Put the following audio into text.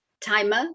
timer